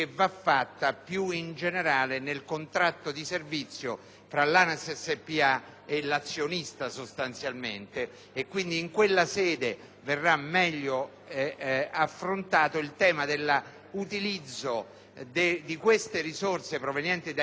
e l'azionista. Quindi, in quella sede verrà meglio affrontato il tema dell'utilizzo di tali risorse provenienti dai ticket autostradali esclusivamente o meno